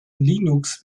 linux